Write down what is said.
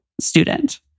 student